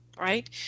right